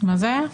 מה זה היה?